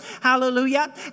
Hallelujah